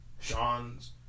Sean's